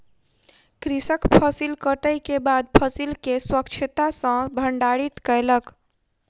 कृषक फसिल कटै के बाद फसिल के स्वच्छता सॅ भंडारित कयलक